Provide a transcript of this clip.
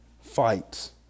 fights